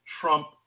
Trump